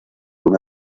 una